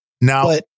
Now